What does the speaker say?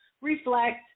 reflect